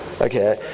Okay